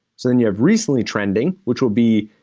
so then you have recently trending, which will be.